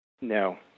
No